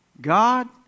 God